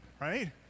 right